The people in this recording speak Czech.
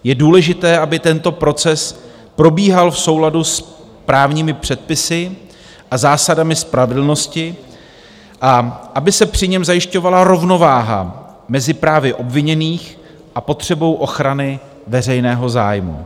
Je důležité, aby tento proces probíhal v souladu s právními předpisy a zásadami spravedlnosti a aby se při něm zajišťovala rovnováha mezi právy obviněných a potřebou ochrany veřejného zájmu.